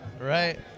Right